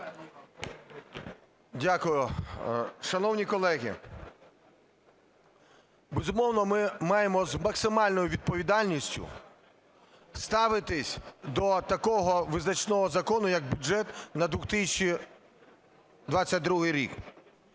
Дякую. Шановні колеги, безумовно, ми маємо з максимальною відповідальністю ставитись до такого визначного закону, як бюджет на 2022 рік.